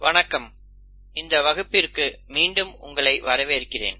வணக்கம் இந்த வகுப்பிற்கு மீண்டும் உங்களை வரவேற்கிறேன்